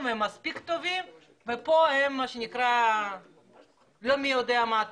והם מספיק טובים ופה הם לא מי יודע מה טובים.